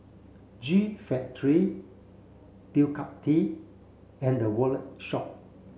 G Factory Ducati and The Wallet Shop